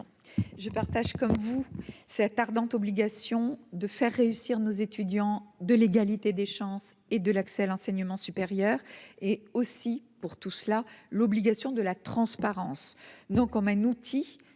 je partage comme vous. Cette ardente obligation de faire réussir nos étudiants, de l'égalité des chances et de l'accès à l'enseignement supérieur et aussi pour tout cela, l'obligation de la transparence, non comme un outil pour